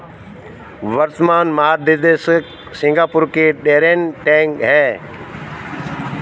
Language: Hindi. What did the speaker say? वर्तमान महानिदेशक सिंगापुर के डैरेन टैंग हैं